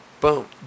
Boom